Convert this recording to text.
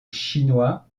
chinois